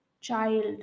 child